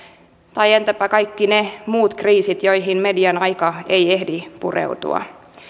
tai entäpä kaikki ne muut kriisit joihin median aika ei ehdi pureutua